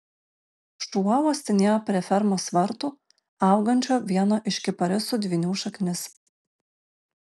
šuo uostinėjo prie fermos vartų augančio vieno iš kiparisų dvynių šaknis